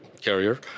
carrier